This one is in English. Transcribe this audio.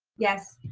yes.